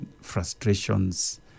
frustrations